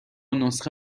نسخه